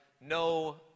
no